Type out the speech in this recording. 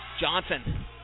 Johnson